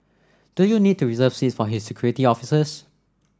do you need to reserve seats for his security officers